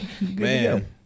Man